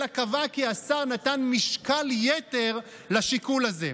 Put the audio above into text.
אלא קבע כי השר 'נתן משקל יתר' לשיקול הזה"